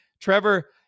Trevor